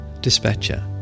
Dispatcher